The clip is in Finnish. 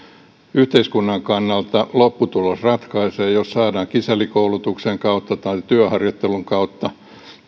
yhteiskunnan kannalta lopputulos ratkaisee jos saadaan kisällikoulutuksen kautta tai työharjoittelun kautta